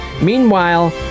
Meanwhile